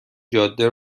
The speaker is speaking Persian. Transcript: جاده